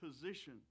position